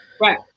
Right